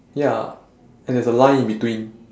ya and there's a line in between